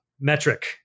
metric